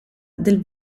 del